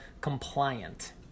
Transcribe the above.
compliant